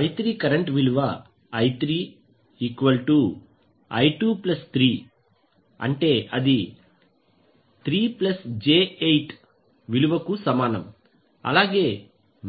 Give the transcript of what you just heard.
I3I233j8